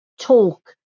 talk